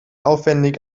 aufwendig